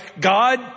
God